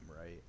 right